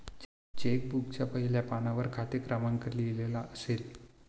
check बुकच्या पहिल्या पानावरच खाते क्रमांक लिहिलेला असेल